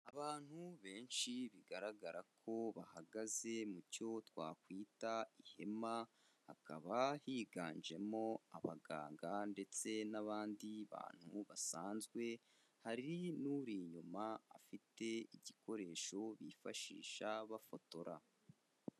Abantu benshi bigaragara ko bahagaze mu cyo twakwita ihema, hakaba higanjemo abaganga ndetse n'abandi bantu basanzwe, hari n'uri inyuma afite igikoresho bifashisha bafotora.